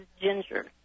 ginger